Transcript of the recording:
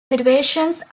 situations